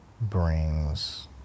brings